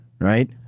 right